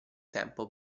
tempo